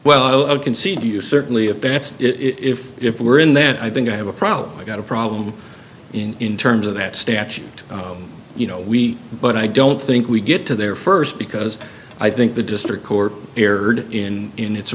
well i'll concede to you certainly if that's if if we're in then i think i have a problem i got a problem in in terms of that statute you know we but i don't think we get to their first because i think the district court erred in in its